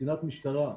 קצינת משטרה,